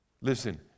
Listen